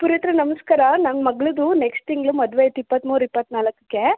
ಪುರೋಹಿತರೇ ನಮಸ್ಕಾರ ನನ್ನ ಮಗಳದು ನೆಕ್ಸ್ಟ್ ತಿಂಗ್ಳು ಮದುವೆ ಇತ್ತು ಇಪ್ಪತ್ತ್ಮೂರು ಇಪ್ಪತ್ತ್ನಾಲ್ಕಕ್ಕೆ